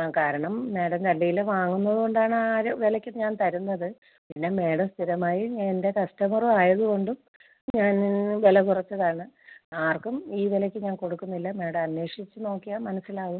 ആ കാരണം മേഡം രണ്ട് കിലോ വാങ്ങുന്നത് കൊണ്ടാണ് ആ ഒരു വിലയ്ക്ക് ഞാൻ തരുന്നത് പിന്നെ മേഡം സ്ഥിരമായി എൻ്റെ കസ്റ്റമറും ആയത് കൊണ്ടും ഞാൻ വില കുറച്ചതാണ് ആർക്കും ഈ വിലയ്ക്ക് ഞാൻ കൊടുക്കുന്നില്ല മേഡം അന്വേഷിച്ച് നോക്കിയാൽ മനസ്സിലാവും